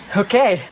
okay